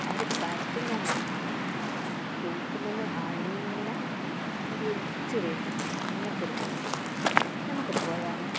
അതിൻ്റെ പരസ്യം ഞാൻ കണ്ടീനു അത് കേക്കുമ്മേൽ നിന്ന് ഹണി ഇങ്ങനെ ഒലിച്ചു വരുന്നു അങ്ങനത്തെ ഒരു കേക്ക് ഞമക്കൊന്നു പോയാലോ